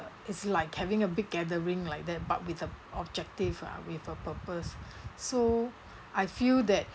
is like having a big gathering like that but with a objective ah with a purpose so I feel that